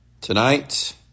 tonight